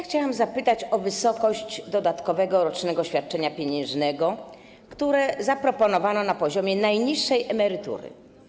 Chciałam zapytać o wysokość dodatkowego rocznego świadczenia pieniężnego, które zaproponowano na poziomie najniższej emerytury.